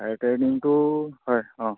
হয় ট্ৰেইনিংটো হয় অঁ